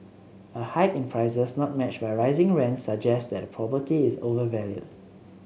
a hike in prices not matched by rising rents suggests that a property is overvalued